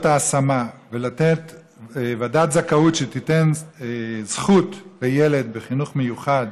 ההשמה ולתת ועדת זכאות שתיתן זכות לילד בחינוך מיוחד